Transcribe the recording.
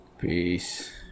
Peace